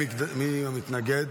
מי מתנגד?